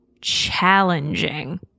challenging